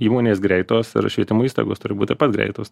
įmonės greitos ir švietimo įstaigos turi būt taip pat greitos